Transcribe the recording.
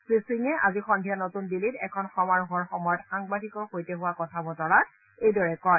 শ্ৰীসিঙে আজি সন্ধিয়া নতুন দিল্লীত এখন সমাৰোহৰ সময়ত সাংবাদিকৰ সৈতে হোৱা কথা বতৰাত এইদৰে কয়